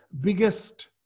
biggest